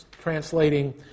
translating